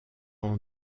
ans